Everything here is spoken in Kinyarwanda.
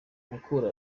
mukura